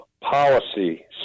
policy